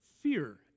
fear